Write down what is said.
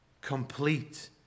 Complete